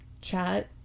chat